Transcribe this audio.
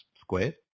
squared